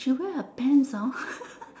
she wear a pants hor